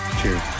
Cheers